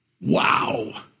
Wow